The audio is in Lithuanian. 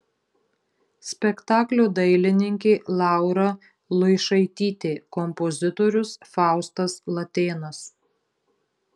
spektaklio dailininkė laura luišaitytė kompozitorius faustas latėnas